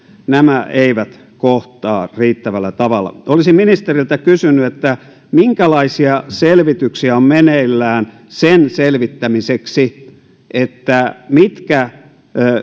nämä eivät kohtaa riittävällä tavalla olisin ministeriltä kysynyt minkälaisia selvityksiä on meneillään sen selvittämiseksi mitkä